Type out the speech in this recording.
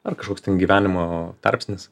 ar kažkoks ten gyvenimo tarpsnis